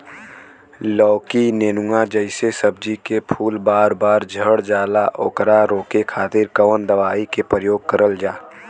लौकी नेनुआ जैसे सब्जी के फूल बार बार झड़जाला ओकरा रोके खातीर कवन दवाई के प्रयोग करल जा?